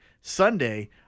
Sunday